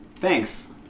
Thanks